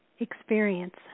experience